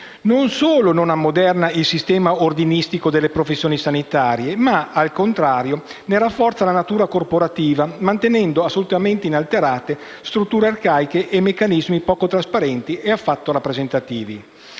non solo non ammoderna il sistema ordinistico delle professioni sanitarie ma, al contrario, ne rafforza la natura corporativa, mantenendo assolutamente inalterate strutture arcaiche e meccanismi poco trasparenti e affatto rappresentativi.